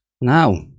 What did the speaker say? Now